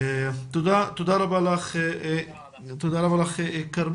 תודה רבה לך, כרמית.